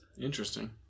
Interesting